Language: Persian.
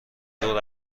ظهر